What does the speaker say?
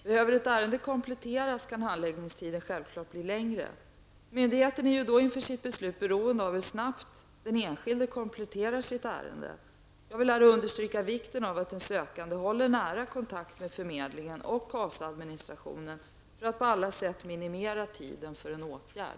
Behöver ett ärende kompletteras kan handläggningstiden självfallet bli längre. Myndigheten är ju då inför sitt beslut beroende av hur snabbt den enskilde kompletterar sitt ärende. Jag vill här understryka vikten av att en sökande håller nära kontakt med arbetsförmedling och KAS-administration för att på alla sätt minimera tiden för åtgärd.